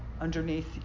underneath